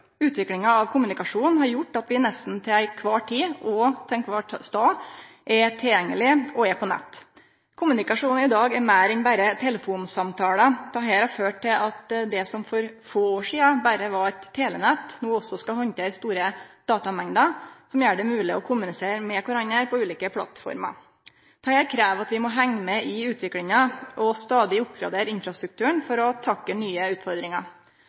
Utviklinga av kommunikasjonen har gjort at vi nesten heile tida og alle stader er tilgjengelege – og er på nett. Kommunikasjon i dag er meir enn berre telefonsamtalar. Dette har ført til at det som for få år sidan berre var eit telenett, no også skal handtere store datamengder som gjer det mogleg å kommunisere med kvarandre på ulike plattformer. Dette krev at vi må henge med i utviklinga og stadig oppgradere infrastrukturen for å kunne takle nye utfordringar.